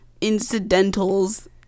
incidentals